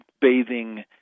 bathing